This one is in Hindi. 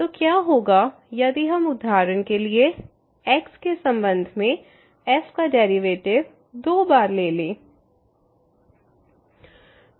तो क्या होगा यदि हम उदाहरण के लिए x के संबंध में f का डेरिवेटिव्स दो बार लें लें